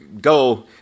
go